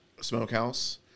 Smokehouse